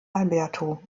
alberto